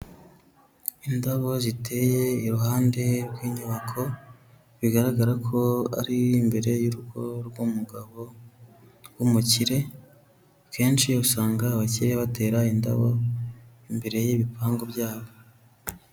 Indabo ziteye iruhande rw'inyubako, bigaragara ko ari imbere y'urugo rw'umugabo w'umukire, akenshi usanga abakire batera indabo imbere y'ibipangu byabo.